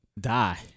die